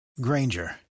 Granger